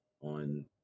on